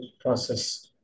process